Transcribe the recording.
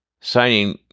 signing